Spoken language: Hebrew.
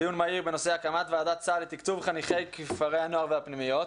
דיון מהיר בנושא הקמת ועדת סל לתקצוב חניכי כפרי הנוער והפנימיות,